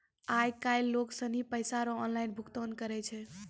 आय काइल लोग सनी पैसा रो ऑनलाइन भुगतान करै छै